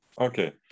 Okay